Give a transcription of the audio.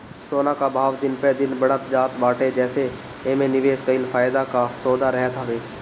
सोना कअ भाव दिन प दिन बढ़ते जात बाटे जेसे एमे निवेश कईल फायदा कअ सौदा रहत हवे